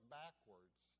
backwards